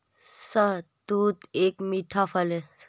शहतूत एक मीठा फल है